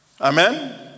Amen